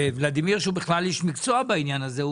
וולדימיר שהוא בכלל איש מקצוע בעניין הזה,